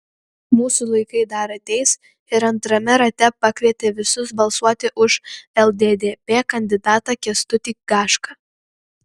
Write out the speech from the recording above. mūsų laikai dar ateis ir antrame rate pakvietė visus balsuoti už lddp kandidatą kęstutį gašką